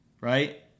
right